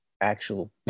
actual